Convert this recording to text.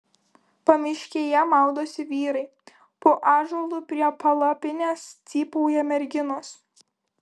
pamiškėje maudosi vyrai po ąžuolu prie palapinės cypauja merginos